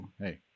hey